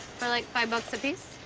for, like, five bucks apiece.